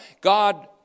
God